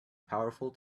powerful